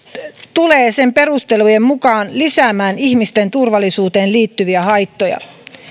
tulee sen perustelujen mukaan lisäämään ihmisten turvallisuuteen liittyviä haittoja